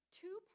two